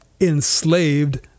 enslaved